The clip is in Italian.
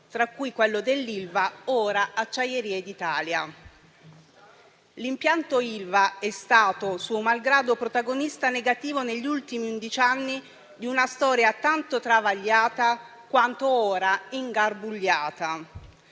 tra cui quello dell'Ilva, ora Acciaierie d'Italia. L'impianto Ilva è stato, suo malgrado, protagonista negativo negli ultimi undici anni di una storia tanto travagliata quanto ora ingarbugliata.